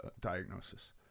diagnosis